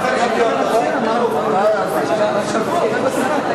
לדיון מוקדם בוועדת הפנים והגנת הסביבה נתקבלה.